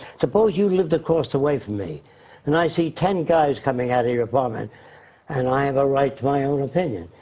suppose you lived across the way from me and i see ten guys coming out of your apartment and i have a right to my own opinion.